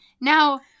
Now